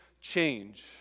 Change